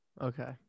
Okay